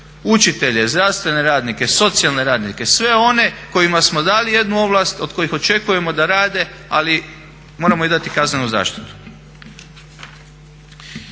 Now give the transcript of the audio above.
učitelje, zdravstvene radnike, socijalne radnike, sve onima kojima smo dali jednu ovlast, od kojih očekujemo da rade ali moramo im dati kaznenu zaštitu.